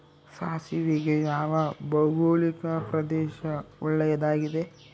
ಸಾಸಿವೆಗೆ ಯಾವ ಭೌಗೋಳಿಕ ಪ್ರದೇಶ ಒಳ್ಳೆಯದಾಗಿದೆ?